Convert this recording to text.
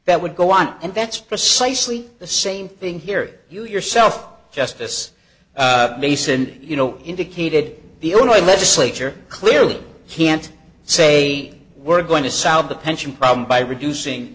that would go on and that's precisely the same thing here you yourself justice mason you know indicated the only legislature clearly can't say we're going to solve the pension problem by reducing